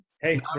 hey